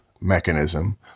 mechanism